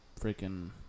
freaking